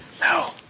No